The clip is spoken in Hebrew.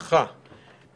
נדחה.